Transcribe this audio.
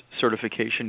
certification